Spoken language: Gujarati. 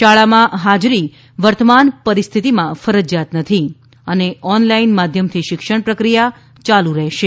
શાળામાં હાજરી વર્તમાન પરિસ્થિતિમાં ફરજીયાત નથી અને ઓનલાઈન માધ્યમથી શિક્ષણ પ્રક્રિયા ચાલુ રહેશે